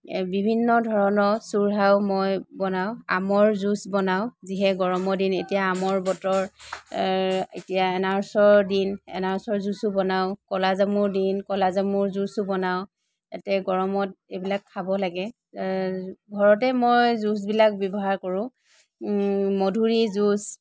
বিভিন্ন ধৰণৰ চুৰহাও মই বনাওঁ আমৰ জুছ বনাওঁ যিহে গৰমৰ দিন এতিয়া আমৰ বতৰ এতিয়া এনাৰসৰ দিন এনাৰসৰ জুছো বনাওঁ ক'লা জামুৰ দিন ক'লা জামুৰ জুছো বনাওঁ এতিয়া গৰমত এইবিলাক খাব লাগে ঘৰতে মই জুছবিলাক ব্যৱহাৰ কৰোঁ মধুৰিৰ জুছ